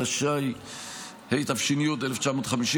התש"י 1950,